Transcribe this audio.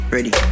Ready